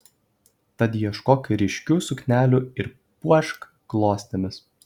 tad ieškok ryškių suknelių ir puošk klostėmis